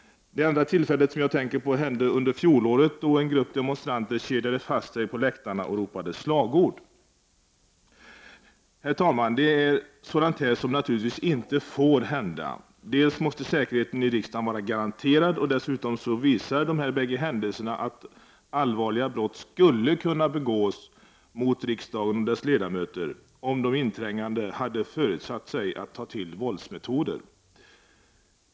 Det andra tillfälle jag tänker på var under fjolåret då en grupp demonstranter kedjade fast sig på läktarna och ropade slagord. Herr talman! Sådant här får naturligtvis inte hända. Säkerheten i riksdagen måste vara garanterad, och dessutom visar de bägge händelserna att allvarliga brott skulle kunna begås mot riksdagen och dess ledamöter om de inträngande hade föresatt sig att ta till våldsmetoder.